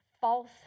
false